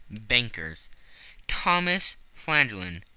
bankers thomas flanagan,